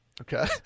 Okay